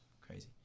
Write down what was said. crazy